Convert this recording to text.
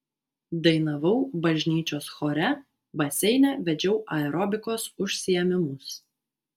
dainavau bažnyčios chore baseine vedžiau aerobikos užsiėmimus